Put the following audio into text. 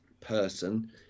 person